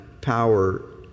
power